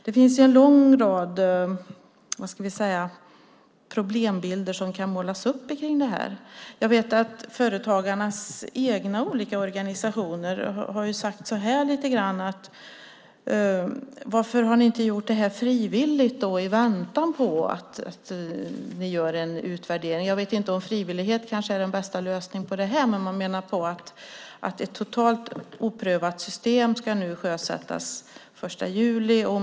Det finns en lång rad problembilder som kan målas upp kring detta. Företagarnas egna olika organisationer har lite grann sagt: Varför har ni inte gjort detta frivilligt i väntan på att ni gör en utvärdering? Jag vet inte om en frivillighet är den bästa lösningen på detta. Men man menar på att ett totalt oprövat system nu ska sjösättas den 1 juli.